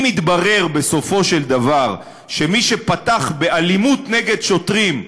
אם יתברר בסופו של דבר שמי שפתח באלימות נגד שוטרים,